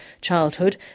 childhood